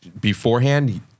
beforehand